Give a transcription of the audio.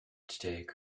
take